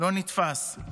לא נתפס.